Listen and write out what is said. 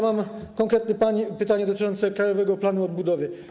Mam konkretne pytanie dotyczące Krajowego Planu Odbudowy.